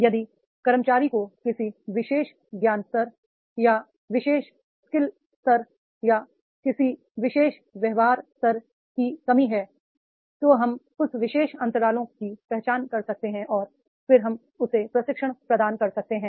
यदि कर्मचारी को किसी विशेष ज्ञान स्तर या विशेष स्किल लेवल या किसी विशेष व्यवहार स्तर की कमी है तो हम उन विशेष अंतरालों की पहचान कर सकते हैं और फिर हम उसे प्रशिक्षण प्रदान कर सकते हैं